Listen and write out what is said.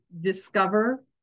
discover